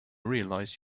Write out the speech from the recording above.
realize